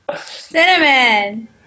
Cinnamon